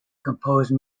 compose